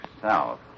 south